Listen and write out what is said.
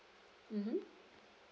mmhmm